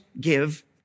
give